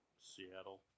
Seattle